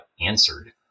answered